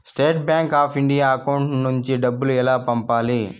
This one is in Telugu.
State bank of India account నుంచి డబ్బులు ఎలా పంపాలి?